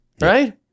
right